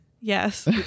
Yes